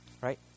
Right